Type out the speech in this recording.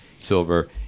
silver